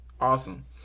Awesome